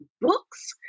books